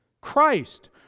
Christ